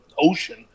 ocean